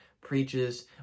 preaches